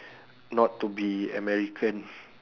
not to be american